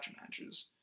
matches